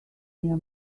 near